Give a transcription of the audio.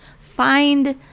Find